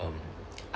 um